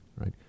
Right